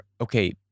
okay